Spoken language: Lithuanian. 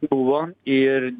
buvo ir